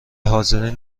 حاضرین